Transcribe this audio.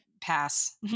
pass